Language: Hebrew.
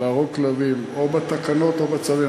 להרוג כלבים, או בתקנות או בצווים.